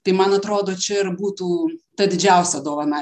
tai man atrodo čia ir būtų ta didžiausia dovana